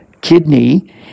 kidney